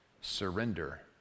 Surrender